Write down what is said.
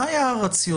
מה היה הרציונל